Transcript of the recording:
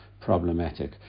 problematic